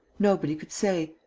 nobody could say.